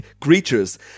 creatures